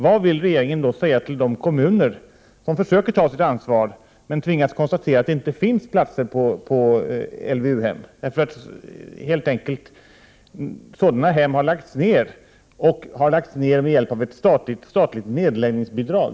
Vad vill regeringen då säga till de kommuner som försöker ta sitt ansvar men tvingas konstatera att det inte finns platser på LVU-hem, eftersom sådana hem helt enkelt har lagts ned med hjälp av ett statligt nedläggningsbidrag?